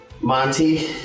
Monty